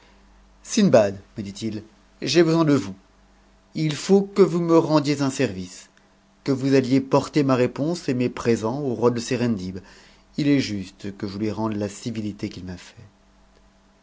sindbad s dit-il j'ai besoin de vous il faut que vous me rendiez un service e vous aniez porter ma réponse et mes présents au roi de serendib il i stc que je lui ronde la civititc qn'il m'a faite